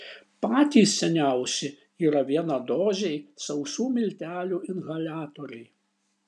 patys seniausi yra vienadoziai sausų miltelių inhaliatoriai